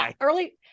early